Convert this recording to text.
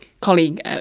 colleague